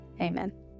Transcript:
Amen